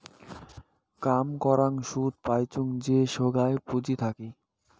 কাম করাং সুদ পাইচুঙ যে সোগায় পুঁজি থাকে